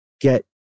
get